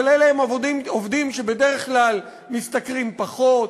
אבל אלה עובדים שבדרך כלל משתכרים פחות,